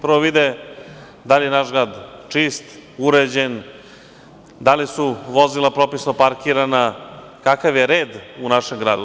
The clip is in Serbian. Prvo vide da li je naš grad čist, uređen, da li su vozila propisno parkirana, kakav je red u našem gradu.